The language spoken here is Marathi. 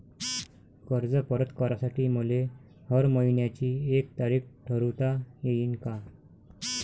कर्ज परत करासाठी मले हर मइन्याची एक तारीख ठरुता येईन का?